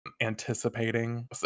Anticipating